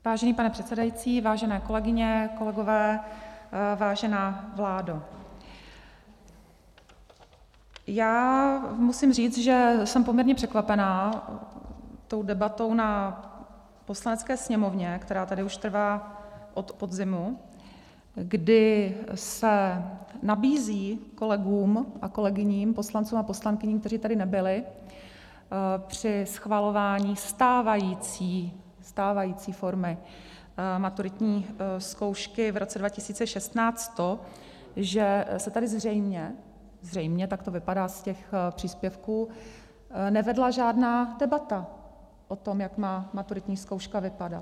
Vážený pane předsedající, vážené kolegyně, kolegové, vážená vládo, já musím říct, že jsem poměrně překvapená tou debatou na Poslanecké sněmovně, která tady už trvá od podzimu, kdy se nabízí kolegům a kolegyním, poslancům a poslankyním, kteří tady nebyli při schvalování stávající formy maturitní zkoušky v roce 2016, to, že se tady zřejmě, tak to vypadá z těch příspěvků, nevedla žádná debata o tom, jak má maturitní zkouška vypadat.